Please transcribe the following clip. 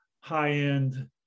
high-end